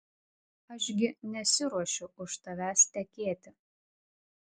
aš gi nesiruošiu už tavęs tekėti